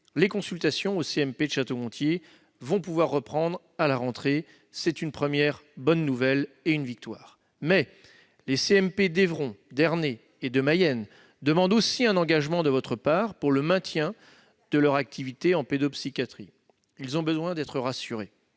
les consultations au CMP de Château-Gontier vont pouvoir reprendre à la rentrée. C'est une première bonne nouvelle et une victoire. Cependant, les CMP d'Evron, d'Ernée et de Mayenne demandent aussi un engagement de votre part, madame la ministre, sur le maintien de leur activité en pédopsychiatrie. Ils ont besoin d'être rassurés.